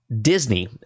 Disney